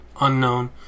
unknown